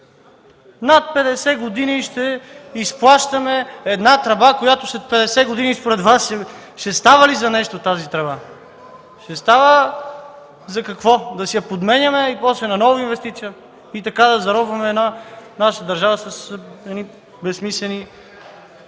над 50 години ще изплащаме една тръба, която след 50 години според Вас ще става ли за нещо тази тръба? Ще става – за какво? Да си я подменяме. И после – наново инвестиция. И така да заробваме нашата държава с едни безсмислени